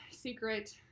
secret